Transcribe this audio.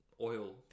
oil